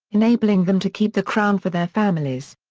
enabling them to keep the crown for their families.